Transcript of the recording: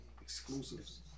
exclusives